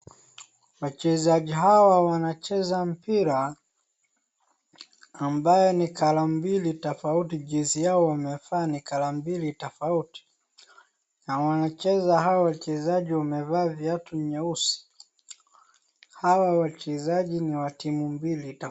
Wachezaji hawa wanacheza mpira, ambaye ni cs[colour]cs mbili tofauti, jezi yao wamevaa ni cs[ colour] cs mbili tofauti, na wanacheza hao wachezaji wamevaa viatu nyeusi, hawa wachezaji ni wa timu mbili tofauti.